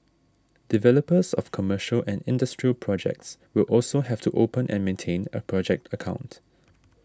developers of commercial and industrial projects will also have to open and maintain a project account